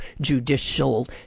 judicial